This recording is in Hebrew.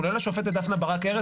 כולל השופטת דפנה ברק ארז,